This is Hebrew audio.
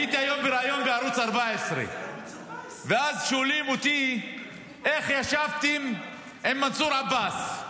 הייתי היום בריאיון בערוץ 14. שאלו אותי איך ישבתי עם מנסור עבאס.